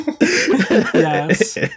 Yes